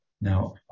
Now